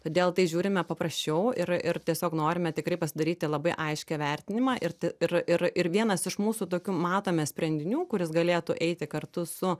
todėl į tai žiūrime paprasčiau ir ir tiesiog norime tikrai pasidaryti labai aiškią vertinimą ir ir ir vienas iš mūsų tokių matome sprendinių kuris galėtų eiti kartu su